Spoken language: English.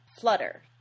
Flutter